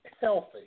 healthy